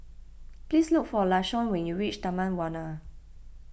please look for Lashawn when you reach Taman Warna